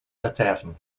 etern